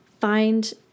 find